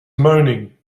moaning